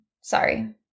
Sorry